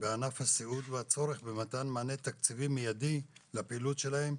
בענף הסיעוד והצורך במתן מענה תקציבי מיידי לפעילות שלהן.